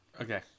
okay